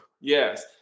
Yes